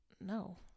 no